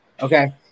okay